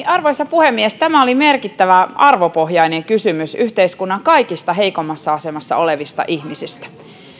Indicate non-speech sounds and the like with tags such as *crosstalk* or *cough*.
*unintelligible* arvoisa puhemies tämä oli merkittävä arvopohjainen kysymys yhteiskunnan kaikista heikoimmassa asemassa olevista ihmisistä